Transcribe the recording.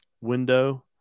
window